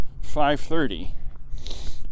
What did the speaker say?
5.30